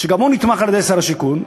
שגם הוא נתמך על-ידי שר השיכון,